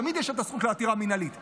תמיד יש את הזכות לעתירה מינהלית,